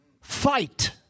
fight